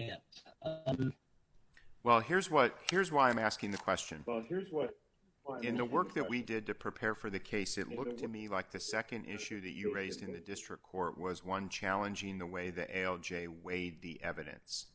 at well here's what here's why i'm asking the question both here's what in the work that we did to prepare for the case it looked to me like the nd issue that you raised in the district court was one challenging the way the l j weighed the evidence